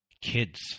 kids